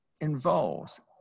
involves